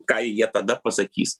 ką jie tada pasakys